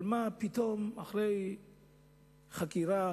אבל פתאום, אחרי חקירה